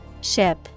Ship